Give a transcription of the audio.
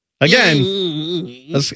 Again